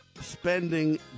spending